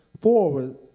forward